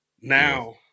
now